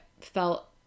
felt